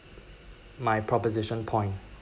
my proposition point